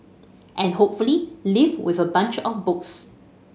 and hopefully leave with a bunch of books